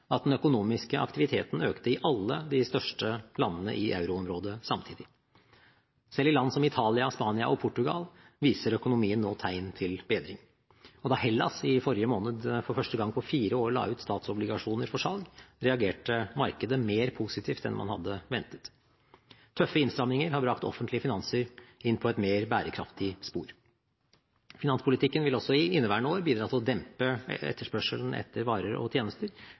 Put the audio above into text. at den økonomiske aktiviteten økte i alle de største landene i euroområdet samtidig. Selv i land som Italia, Spania og Portugal viser økonomien nå tegn til bedring. Og da Hellas i forrige måned for første gang på fire år la ut statsobligasjoner for salg, reagerte markedet mer positivt enn man hadde ventet. Tøffe innstramninger har brakt offentlige finanser inn på et mer bærekraftig spor. Finanspolitikken vil også i inneværende år bidra til å dempe etterspørselen etter varer og tjenester,